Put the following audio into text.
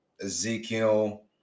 Ezekiel